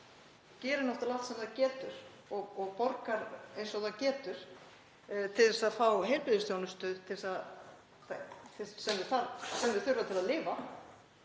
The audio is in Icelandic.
gerir náttúrlega allt sem það getur og borgar eins og það getur til að fá heilbrigðisþjónustu sem það þarf til að lifa.